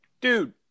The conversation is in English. dude